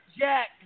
Jack